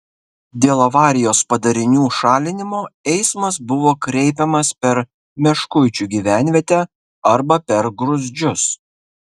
dėl avarijos padarinių šalinimo eismas buvo kreipiamas per meškuičių gyvenvietę arba per gruzdžius